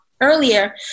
earlier